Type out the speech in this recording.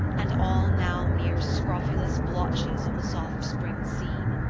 and all now mere scrofulous blotches on the soft spring scene.